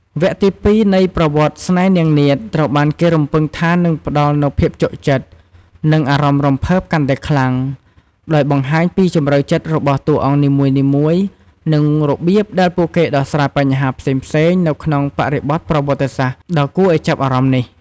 វគ្គទី២នៃ "ប្រវត្តិស្នេហ៍នាងនាថ" ត្រូវបានគេរំពឹងថានឹងផ្តល់នូវភាពជក់ចិត្ត និងអារម្មណ៍រំភើបកាន់តែខ្លាំង ដោយបង្ហាញពីជម្រៅចិត្តរបស់តួអង្គនីមួយៗ និងរបៀបដែលពួកគេដោះស្រាយបញ្ហាផ្សេងៗនៅក្នុងបរិបទប្រវត្តិសាស្ត្រដ៏គួរឱ្យចាប់អារម្មណ៍នេះ។